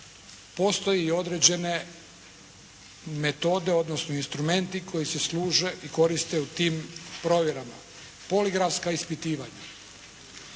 postoje i određene metode odnosno elementi koji se služe i koriste u tim provjerama – poligrafska ispitivanja.